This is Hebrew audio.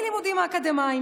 זה לא מלימודים אקדמיים,